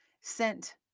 sent